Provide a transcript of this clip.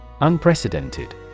Unprecedented